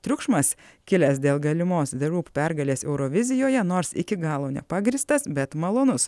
triukšmas kilęs dėl galimos the roop pergalės eurovizijoje nors iki galo nepagrįstas bet malonus